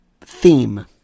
theme